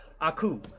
Aku